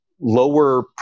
lower